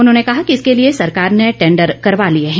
उन्होंने कहा कि इसके लिए सरकार ने टैंडर करवा लिए हैं